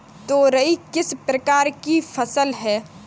तोरई किस प्रकार की फसल है?